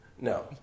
No